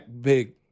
big